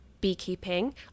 beekeeping